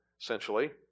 essentially